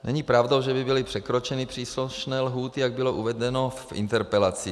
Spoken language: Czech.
Není pravdou, že by byly překročeny příslušné lhůty, jak bylo uvedeno v interpelaci.